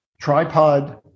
tripod